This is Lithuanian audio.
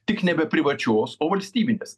tik nebe privačios o valstybinės